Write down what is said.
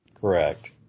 Correct